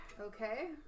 Okay